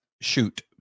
shoot